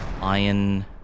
iron